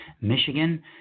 Michigan